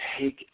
Take